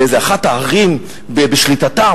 באיזה אחת הערים בשליטתם,